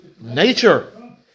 nature